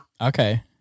Okay